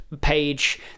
page